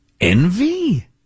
Envy